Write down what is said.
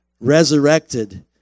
resurrected